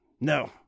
No